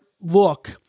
look